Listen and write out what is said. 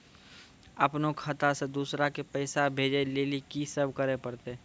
अपनो खाता से दूसरा के पैसा भेजै लेली की सब करे परतै?